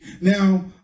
now